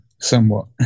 somewhat